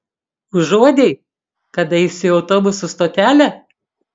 užuodei kad eisiu į autobusų stotelę